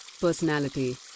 personality